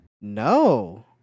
No